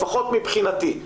לפחות מבחינתי,